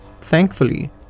thankfully